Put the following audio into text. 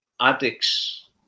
addicts